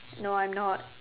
no I'm not